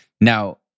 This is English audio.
Now